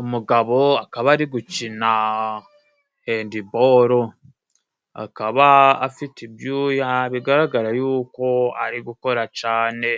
Umugabo akaba ari gukina hendiboro, akaba afite ibyuya bigaragara yuko ari gukora cane,